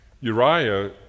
Uriah